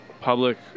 public